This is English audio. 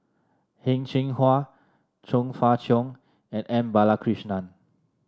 Hing Cheng Hwa Chong Fah Cheong and M Balakrishnan